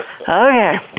Okay